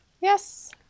Yes